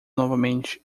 novamente